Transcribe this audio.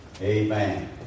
Amen